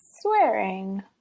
swearing